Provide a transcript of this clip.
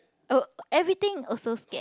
oh everything also scared